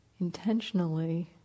intentionally